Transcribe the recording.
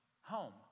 Home